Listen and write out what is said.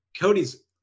Cody's